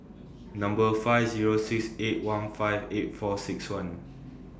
Number five Zero six eight one five eight four six one